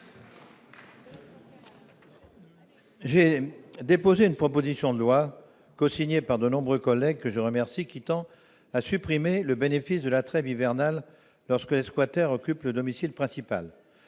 J'ai déposé une proposition de loi cosignée par de nombreux collègues que je remercie qui tend à supprimer le bénéfice de la trêve hivernale, lorsque les squatters occupent le domicile principal